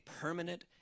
permanent